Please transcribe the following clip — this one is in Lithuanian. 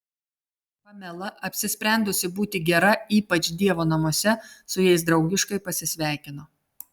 pamela apsisprendusi būti gera ypač dievo namuose su jais draugiškai pasisveikino